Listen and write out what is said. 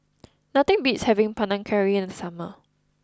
nothing beats having Panang Curry in the summer